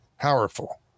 powerful